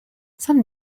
some